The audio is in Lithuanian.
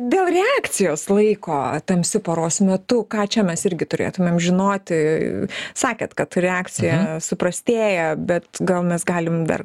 dėl reakcijos laiko tamsiu paros metu ką čia mes irgi turėtumėm žinoti sakėt kad reakcija suprastėja bet gal mes galim dar